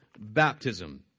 baptism